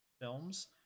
films